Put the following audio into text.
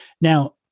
Now